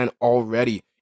already